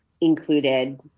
included